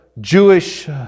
Jewish